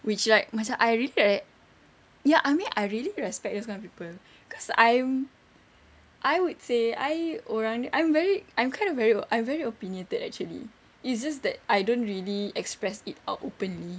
which like macam I really like ya I mean I really respect those kind of people cause I'm I would say I orang dia I'm very I'm kind of very I very opinionated actually it's just that I don't really express it out openly